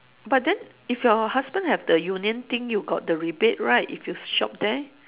but then if your husband have the union thing you got the rebate right if you shop there